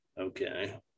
Okay